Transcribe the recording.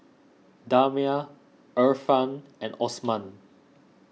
Damia Irfan and Osman